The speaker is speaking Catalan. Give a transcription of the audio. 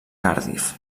cardiff